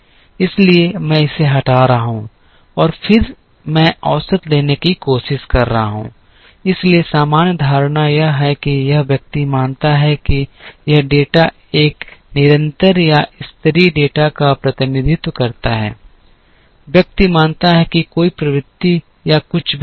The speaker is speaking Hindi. इसलिए मैं इसे हटा रहा हूं और फिर मैं औसत लेने की कोशिश कर रहा हूं इसलिए सामान्य धारणा यह है कि यह व्यक्ति मानता है कि यह डेटा एक निरंतर या स्तरीय डेटा का प्रतिनिधित्व करता है व्यक्ति मानता है कि कोई प्रवृत्ति या कुछ भी नहीं है